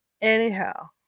Anyhow